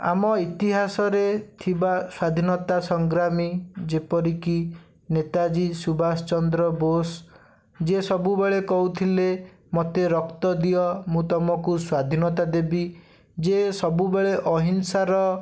ଆମ ଇତିହାସରେ ଥିବା ସ୍ୱାଧୀନତା ସଂଗ୍ରାମୀ ଯେପରି କି ନେତାଜୀ ସୁଭାଷ ଚନ୍ଦ୍ର ବୋଷ ଯିଏ ସବୁବେଳେ କହୁଥିଲେ ମୋତେ ରକ୍ତ ଦିଅ ମୁଁ ତମକୁ ସ୍ୱାଧୀନତା ଦେବି ଯେ ସବୁବେଳେ ଅହିଂସାର